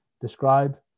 describe